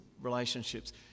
relationships